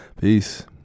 Peace